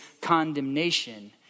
condemnation